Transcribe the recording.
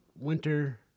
winter